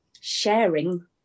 sharing